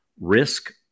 risk